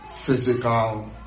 physical